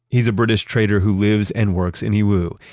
he's a british trader who lives and works in yiwu.